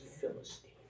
Philistine